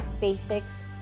basics